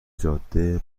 جاده